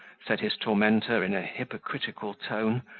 said his tormentor, in a hypocritical tone,